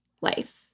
life